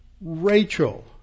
Rachel